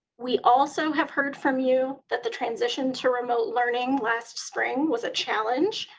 we also have heard from you that the transition to remote learning last spring was a challenge.